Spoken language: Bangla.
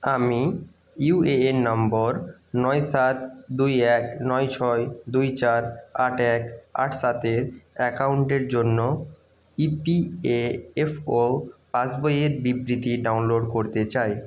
আমি ইউএএন নম্বর নয় সাত দুই এক নয় ছয় দুই চার আট এক আট সাতের অ্যাকাউন্টের জন্য ইপিএএফও পাসবইয়ের বিবৃতি ডাউনলোড করতে চাই